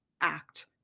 act